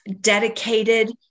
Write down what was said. dedicated